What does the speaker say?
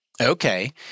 Okay